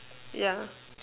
yeah